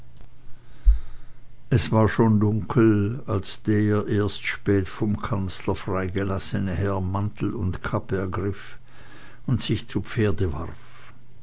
es war schon dunkel als der erst spät vom kanzler freigelassene herr mantel und kappe ergriff und sich zu pferde warf